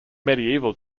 medieval